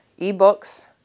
eBooks